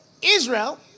Israel